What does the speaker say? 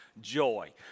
joy